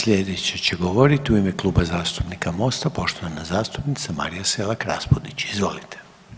Slijedeća će govorit u ime Kluba zastupnika Mosta poštovana zastupnica Marija Selak Raspudić, izvolite.